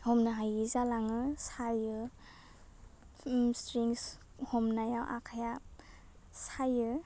हमनो हायि जालाङो सायो उम स्ट्रिंस हमनायाव आखाइया सायो